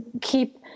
keep